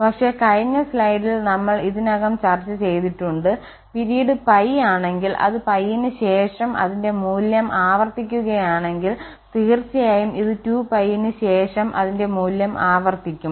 പക്ഷേ കഴിഞ്ഞ സ്ലൈഡിൽ നമ്മൾ ഇതിനകം ചർച്ച ചെയ്തിട്ടുണ്ട് പിരീഡ് π ആണെങ്കിൽ അത് π ന് ശേഷം അതിന്റെ മൂല്യം ആവർത്തിക്കുകയാണെങ്കിൽതീർച്ചയായും ഇത് 2π ന് ശേഷം അതിന്റെ മൂല്യം ആവർത്തിക്കും